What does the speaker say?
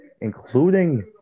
including